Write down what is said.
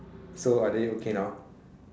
so are they okay now